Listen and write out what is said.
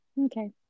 Okay